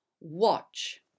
watch